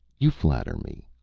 you flatter me.